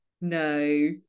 no